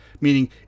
Meaning